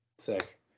sick